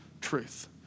truth